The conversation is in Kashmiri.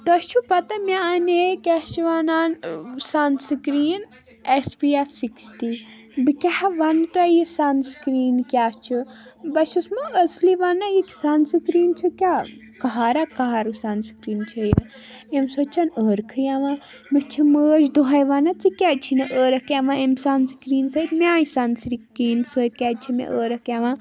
تۄہہِ چھُو پتہ مےٚ اَنے کیٛاہ چھِ وَنان sunscreen S P F sixty بہٕ کیاہ وَنہٕ تۄہہِ یہِ سَن سِکِریٖن کیٛاہ چھُ بہٕ چھَس مو اَصٕلی وَنان یہِ سَن سِکِریٖن چھُ کیٛاہ قہر ہہ قہر سَن سِکریٖن چھےٚ اَمہِ سۭتۍ چھِنہٕ عٲرٕقٕے یِوان مےٚ چھِ مٲج دۄہَے وَنان ژےٚ کیٛازِ چھِ نہٕ عٲرق یِوان أمۍ سَن سِکِریٖن سۭتۍ میٛانی سَن سِکِریٖن سۭتۍ کیٛازِ چھِ مےٚ عٲرَق یِوان